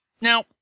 Now